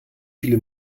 viele